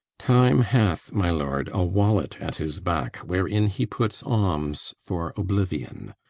time hath, my lord, a wallet at his back, wherein he puts alms for oblivion,